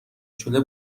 شده